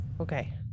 Okay